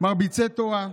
מרביצי תורה,